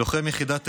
לוחם יחידת אגוז,